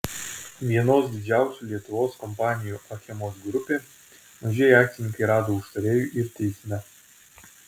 vienos didžiausių lietuvos kompanijų achemos grupė mažieji akcininkai rado užtarėjų ir teisme